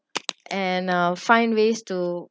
and uh find ways to